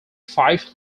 five